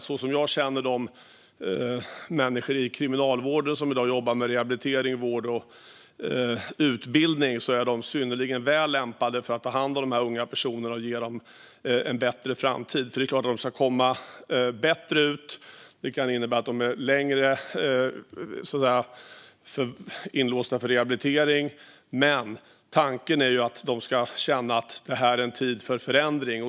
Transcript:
Så som jag känner de människor i Kriminalvården som i dag jobbar med rehabilitering, vård och utbildning är de synnerligen väl lämpade att ta hand om de här unga personerna och ge dem en bättre framtid, för det är klart att de ska komma bättre ut. Det kan innebära att de är inlåsta längre för rehabilitering, men tanken är att de ska känna att det är en tid för förändring.